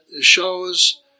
shows